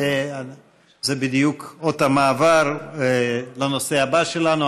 וזה בדיוק אות המעבר לנושא הבא שלנו.